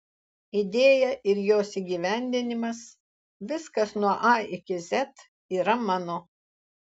idėja ir jos įgyvendinimas viskas nuo a iki z yra mano